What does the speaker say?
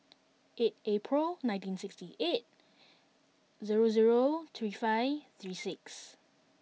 eight April nineteen sixty eight zero zero three five three six